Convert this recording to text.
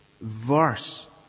verse